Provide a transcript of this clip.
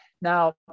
Now